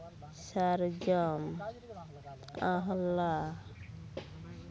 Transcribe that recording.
ᱥᱟᱨᱡᱚᱢ ᱟᱦᱞᱟ